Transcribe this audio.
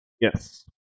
Yes